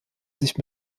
sich